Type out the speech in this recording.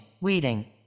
weeding